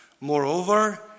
Moreover